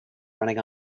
running